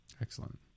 Excellent